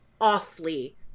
awfully